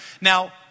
now